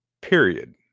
period